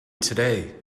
today